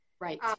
Right